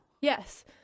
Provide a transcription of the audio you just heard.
Yes